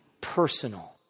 personal